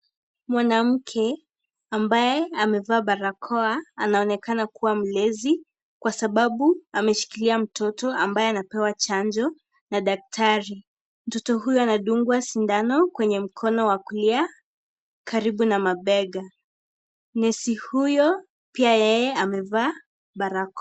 Mwanamke ambaye amevaa barakoa anaonekana kuwa mlezi kwa sababu ameshikilia mtoto ambaye anapewa chanjo na daktari. Mtoto huyu anadungwa sindano kwenye mkono wa kulia karibu na mabega. Nesi huyo pia yeye amevaa barakoa.